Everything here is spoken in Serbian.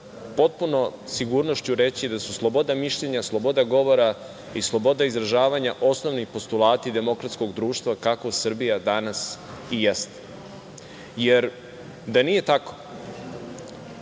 potpunom sigurnošću reći da su sloboda mišljenja, sloboda govora i sloboda izražavanja osnovni postulati demokratskog društva kakvo Srbija danas i jeste. Jer da nije tako,